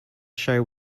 show